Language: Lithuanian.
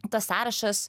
tas sąrašas